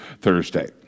Thursday